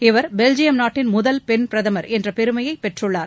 இவர் பெல்ஜியம் நாட்டின் முதல் பெண் பிரதமர் என்ற பெருமையை பெற்றுள்ளார்